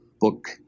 book